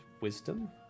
wisdom